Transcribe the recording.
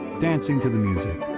dancing to the music,